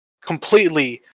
completely